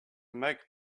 make